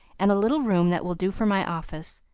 and a little room that will do for my office.